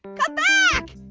come back!